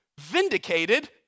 vindicated